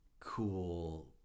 cool